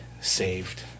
saved